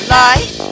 life